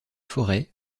forêts